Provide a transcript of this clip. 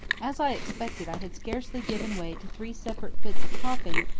as i expected i had scarcely given way to three separate fits of coughing,